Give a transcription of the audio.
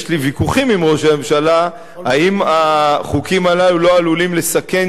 יש לי ויכוחים עם ראש הממשלה אם החוקים הללו לא עלולים לסכן